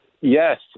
Yes